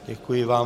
Děkuji vám.